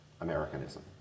Americanism